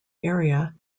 area